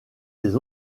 des